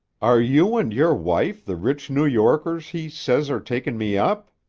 are you and your wife the rich new yorkers he says are takin' me up?